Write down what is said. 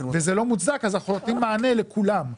וזה לא מוצדק אז אנחנו נותנים מענה לכולם.